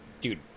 dude